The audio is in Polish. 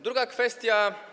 Druga kwestia.